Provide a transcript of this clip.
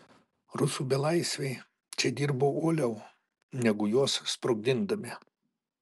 rusų belaisviai čia dirbo uoliau negu juos sprogdindami